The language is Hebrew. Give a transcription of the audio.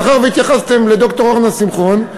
מאחר שהתייחסת לד"ר אורנה שמחון,